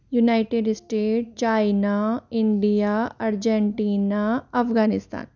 United State China India Argentina Afghanistan